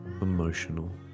emotional